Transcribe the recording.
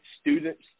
students